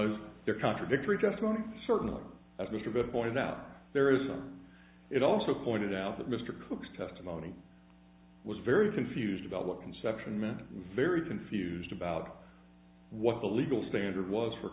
is there contradictory testimony certainly of mr benoit out there isn't it also pointed out that mr cook's testimony was very confused about what conception meant was very confused about what the legal standard was for